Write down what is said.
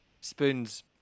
Spoons